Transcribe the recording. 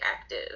active